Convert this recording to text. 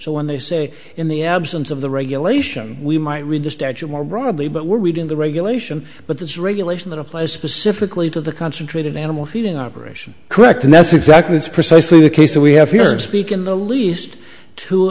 so when they say in the absence of the regulation we might read the statute more broadly but we're reading the regulation but it's regulation that applies specifically to the concentrated animal feeding operation correct and that's exactly it's precisely the case that we have here to speak in the least to